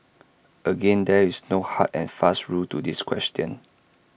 again there is no hard and fast rule to this question